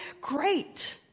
great